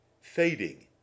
Fading